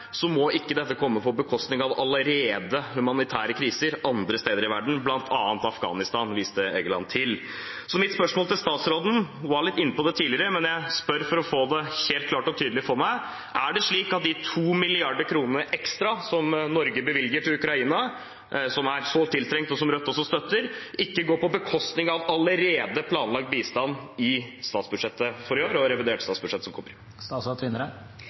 må ikke dette komme på bekostning av allerede humanitære kriser andre steder i verden, som bl.a. Afghanistan. Mitt spørsmål til statsråden er – hun var litt inne på det tidligere, men jeg spør for å få det helt klart og tydelig for meg: Er det slik at de 2 mrd. kr ekstra som Norge bevilger til Ukraina, som er sårt tiltrengt, og som Rødt også støtter, ikke går på bekostning av allerede planlagt bistand i statsbudsjettet for i år og i revidert statsbudsjett som kommer?